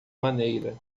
maneira